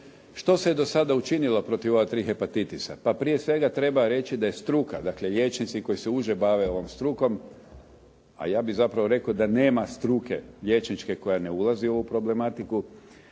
Što se do sada učinilo protiv ova tri hepatitisa? Pa prije svega treba reći da je struka, dakle liječnici koji se uže bave ovom strukom, a ja bih zapravo rekao da nema struke liječničke koja ne ulazi u ovu problematiku,